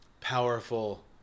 powerful